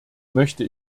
möchte